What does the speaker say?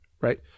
right